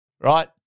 right